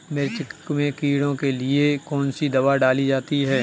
मिर्च में कीड़ों के लिए कौनसी दावा डाली जाती है?